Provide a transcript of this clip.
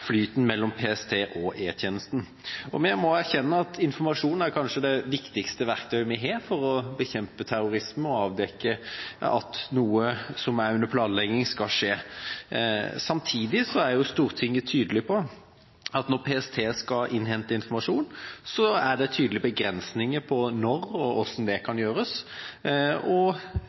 flyten mellom PST og E-tjenesten. Vi må erkjenne at informasjon kanskje er det viktigste verktøyet vi har for å bekjempe terrorisme og avdekke at noe som er under planlegging, skal skje. Samtidig er Stortinget tydelig på at når PST skal innhente informasjon, er det tydelige begrensninger for når og hvordan det kan gjøres, og